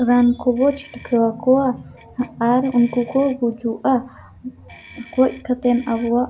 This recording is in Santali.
ᱨᱟᱱ ᱠᱚᱵᱚ ᱪᱷᱤᱴᱠᱟᱹᱣᱟ ᱠᱚᱣᱟ ᱟᱨ ᱩᱱᱠᱩ ᱠᱚ ᱜᱩᱡᱩᱜᱼᱟ ᱜᱚᱡ ᱠᱟᱛᱮᱱ ᱟᱵᱚᱣᱟᱜ